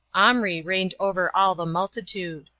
omri reigned over all the multitude.